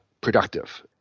productive